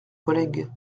collègue